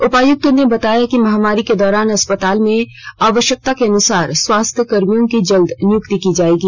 उपायुक्त ने बताया कि महामारी के दौरान अस्पताल में आवश्यकता के अनुसार स्वास्थ्य कर्मियों की जल्द नियुक्ति की जाएगी